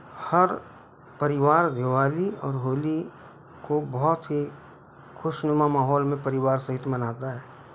हर परिवार दिवाली और होली को बहुत ही खुशनुमा माहौल में परिवार सहित मनाता है